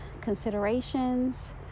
considerations